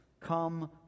come